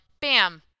bam